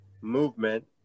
movement